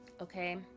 Okay